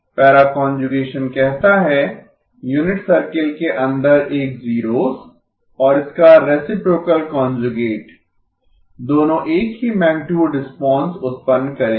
para conjugation कहता है unit circle के अंदर एक जीरोस और इसका रेसीप्रोकल कांजुगेट दोनों एक ही मैगनीटुड रिस्पांस उत्पन्न करेंगे